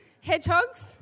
Hedgehogs